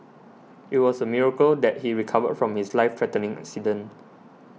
it was a miracle that he recovered from his life threatening accident